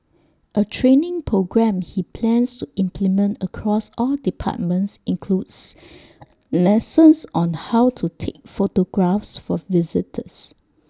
A training programme he plans to implement across all departments includes lessons on how to take photographs for visitors